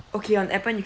okay on appen